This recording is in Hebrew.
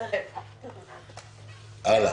הלאה.